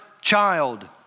child